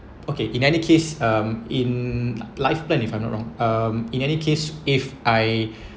okay in any case um in life plan if I'm not wrong um in any case if I